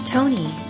Tony